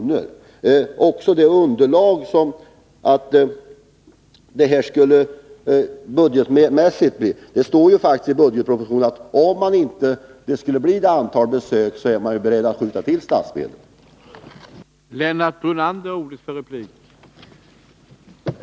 När det gäller de budgetmässiga konsekvenserna står det faktiskt i budgetpropositionen att regeringen är beredd att skjuta till statsmedel om det inte skulle bli det antagna antalet veterinärförrättningar som propositionen utgått ifrån.